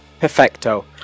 Perfecto